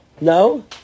No